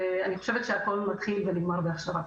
אני חושבת שהכול מתחיל ונגמר בהכשרה.